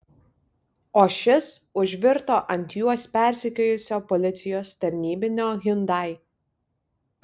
o šis užvirto ant juos persekiojusio policijos tarnybinio hyundai